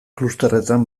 klusterretan